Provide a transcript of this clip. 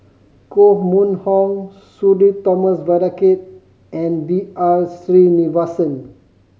Koh Mun Hong Sudhir Thomas Vadaketh and B R Sreenivasan